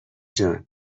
جان